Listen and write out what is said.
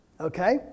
Okay